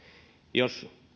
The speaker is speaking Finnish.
jos